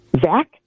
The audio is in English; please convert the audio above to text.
Zach